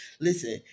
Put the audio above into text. Listen